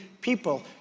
people